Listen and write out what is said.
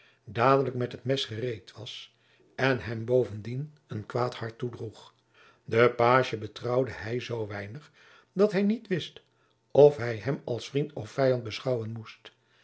dadelijk met het mes gereed was en hem bovendien een kwaad hart toedroeg den pagie betrouwde hij zoo weinig dat hij niet wist of hij hem als vriend of vijand beschouwen moest